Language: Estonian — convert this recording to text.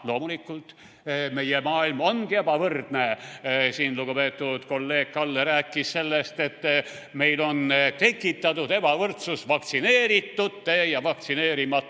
loomulikult! Meie maailm ongi ebavõrdne. Siin lugupeetud kolleeg Kalle rääkis sellest, et meil on tekitatud ebavõrdsus vaktsineeritute ja vaktsineerimatute